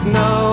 no